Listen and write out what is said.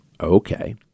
Okay